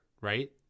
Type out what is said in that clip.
right